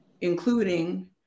including